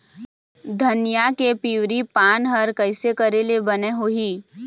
धनिया के पिवरी पान हर कइसे करेले बने होही?